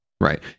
right